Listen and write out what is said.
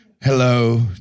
hello